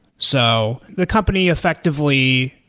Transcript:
so the company effectively,